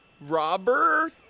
Robber